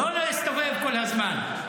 לא להסתובב כל הזמן.